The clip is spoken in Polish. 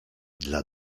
dla